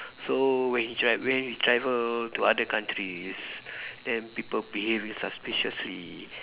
so when you tr~ when you travel to other countries then people behave suspiciously